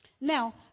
Now